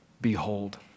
Behold